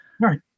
right